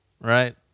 right